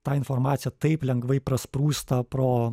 ta informacija taip lengvai prasprūsta pro